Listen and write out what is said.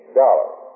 dollars